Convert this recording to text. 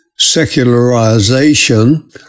secularization